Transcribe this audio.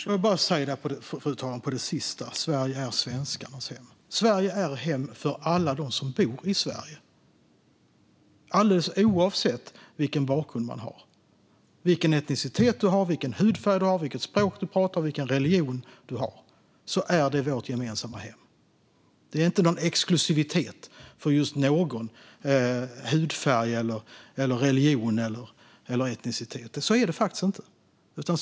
Fru talman! När det gäller det sista, att Sverige är svenskarnas hem, vill jag bara säga att Sverige är hem för alla som bor i Sverige. Alldeles oavsett vilken bakgrund man har, vilken etnicitet man har, vilken hudfärg man har, vilket språk man pratar och vilken religion man har är Sverige vårt gemensamma hem. Det finns ingen exklusivitet för någon hudfärg, religion eller etnicitet. Så är det.